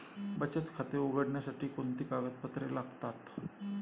बचत खाते उघडण्यासाठी कोणती कागदपत्रे लागतात?